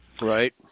Right